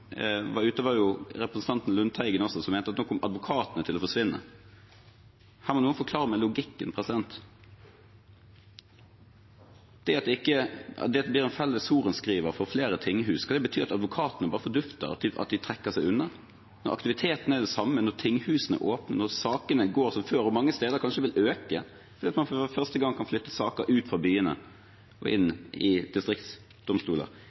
var ute, var representanten Lundteigen, som mente at nå kom advokatene til å forsvinne. Her må noen forklare meg logikken. Det at det blir en felles sorenskriver for flere tinghus, betyr det at advokatene bare fordufter, at de trekker seg unna – når aktiviteten er den samme, når tinghusene er åpne, når sakene går som før og mange steder kanskje vil øke i antall, fordi man for første gang kan flytte saker ut fra byene og inn i distriktsdomstoler?